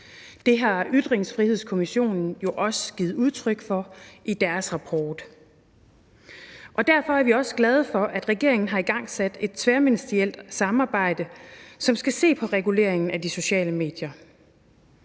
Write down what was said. Det har Ytringsfrihedskommissionen jo også givet udtryk for i deres rapport. Derfor er vi også glade for, at regeringen har igangsat et tværministerielt samarbejde, som skal se på reguleringen af de sociale medier,